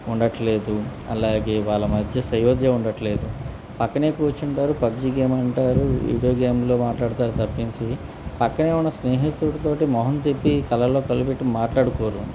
ఉండట్లేదు అలాగే వాళ్ళ మధ్య సయోధ్య ఉండట్లేదు పక్కనే కూర్చుంటారు పబ్జి గేమ్ అంటారు వీడియో గేమ్లో మాట్లాడతారు తప్పించి పక్కనే ఉన్న స్నేహితుడితోటి మొహం తెప్పి కళ్ళలో కళ్ళు పెట్టి మాట్లాడుకోరు